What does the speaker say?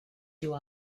you